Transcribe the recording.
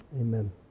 Amen